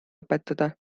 õpetada